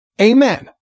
Amen